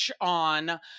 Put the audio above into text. on